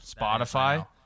Spotify